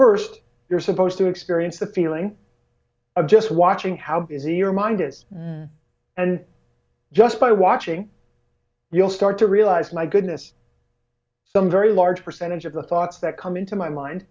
first you're supposed to experience the feeling of just watching how busy your mind is and just by watching you'll start to realize my goodness some very large percentage of the thoughts that come into my mind